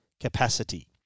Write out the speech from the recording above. capacity